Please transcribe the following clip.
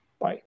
bye